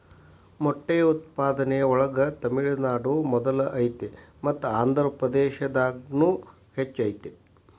ಮೊಟ್ಟೆ ಉತ್ಪಾದನೆ ಒಳಗ ತಮಿಳುನಾಡು ಮೊದಲ ಐತಿ ಮತ್ತ ಆಂದ್ರಪ್ರದೇಶದಾಗುನು ಹೆಚ್ಚ ಐತಿ